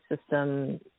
system